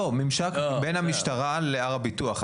ממשק בין המשטרה להר הביטוח.